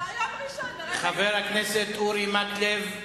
יום ראשון, נראה אותך, חבר הכנסת אורי מקלב,